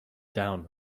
down